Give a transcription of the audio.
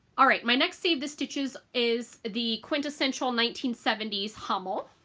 alright my next save the stitches is the quintessential nineteen seventy s hummel